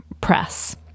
press